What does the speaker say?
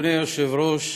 אדוני היושב-ראש,